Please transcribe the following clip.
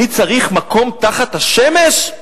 אני צריך מקום תחת השמש?